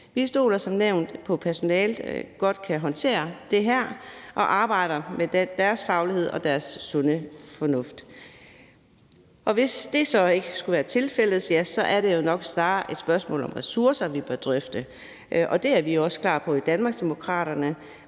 Vi stoler som nævnt på, at personalet godt kan håndtere det her, og at de arbejder med deres faglighed og bruger deres sunde fornuft. Hvis det så ikke skulle være tilfældet, er det nok snarere et spørgsmål om ressourcer, vi bør drøfte, og det er vi også klar på i Danmarksdemokraterne,